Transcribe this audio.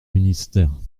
ministère